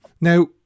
now